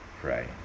pray